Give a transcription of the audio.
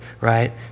right